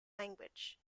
language